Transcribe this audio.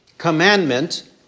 commandment